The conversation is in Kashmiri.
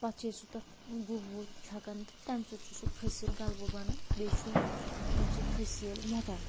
پتہٕ چھِ أسۍ سُہ تتھ گُہہ وُہ چھکان تہٕ تمہِ سۭتۍ چھُ سُہ کھسیٖل غلبہٕ بنان بیٚیہِ چھُ تمہِ سۭتۍ کھسیٖل مۄٹان